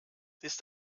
ist